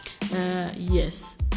yes